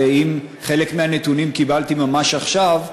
ואם חלק מהנתונים קיבלתי ממש עכשיו,